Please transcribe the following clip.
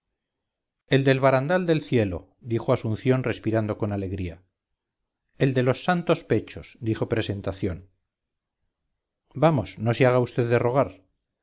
el del barandal del cielo dijo asunción respirando con alegría el de los santos pechos dijo presentación vamos no se haga vd de rogar